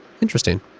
Interesting